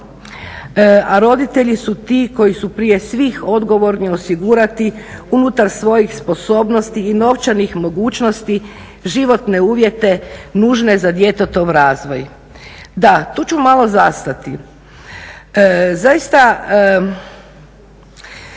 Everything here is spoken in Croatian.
a roditelji su ti koji su prije svih odgovorni osigurati unutar svojih sposobnosti i novčanih mogućnosti životne uvjete nužne za djetetov razvoj. Da, tu ću malo zastati. Zaista